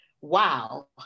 wow